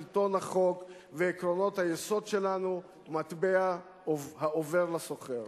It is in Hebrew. שלטון החוק ועקרונות היסוד שלנו מטבע העובר לסוחר.